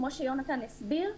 כמו שיונתן הסביר,